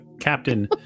captain